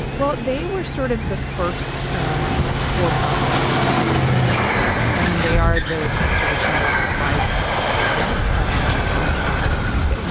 well, they were sort of the first um for profit entity in the space, and they are the sort of most wide spread um in terms of that.